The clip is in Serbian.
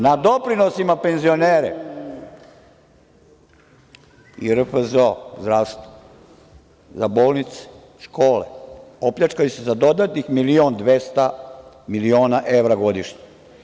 Na doprinosima penzionere i RFZO, zdravstvo, za bolnice, škole, opljačkali su za dodatnih 1.200.000 evra godišnje.